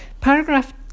paragraph